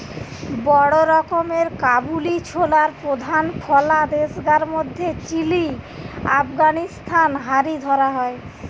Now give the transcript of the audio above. বড় রকমের কাবুলি ছোলার প্রধান ফলা দেশগার মধ্যে চিলি, আফগানিস্তান হারি ধরা হয়